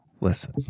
Listen